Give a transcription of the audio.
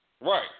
Right